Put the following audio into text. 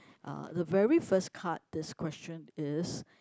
uh the very first card this question is